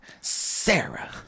Sarah